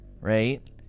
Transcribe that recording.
right